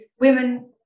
women